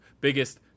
biggest